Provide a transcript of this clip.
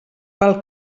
pel